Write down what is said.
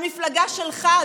המפלגה שלך,